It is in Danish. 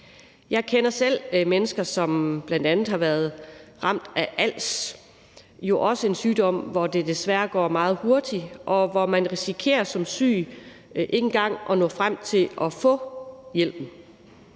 Jeg kender selv mennesker, som bl.a. har været ramt af als. Det er også en sygdom, hvor det desværre går meget hurtigt, og hvor man som syg risikerer ikke engang at nå frem til at få hjælpen.